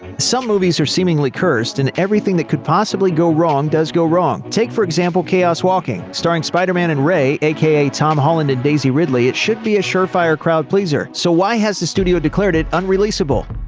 some movies are seemingly cursed, and everything that could possibly go wrong does go wrong. take, for example, chaos walking. starring spider-man and rey, aka tom holland and daisy ridley, it should be a sure-fire crowd-pleaser. so why has the studio declared it unreleasable?